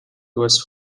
was